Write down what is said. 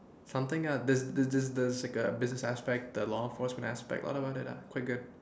something ah there's there's there's there's like a business aspect a law enforcement aspect all about it ah quite good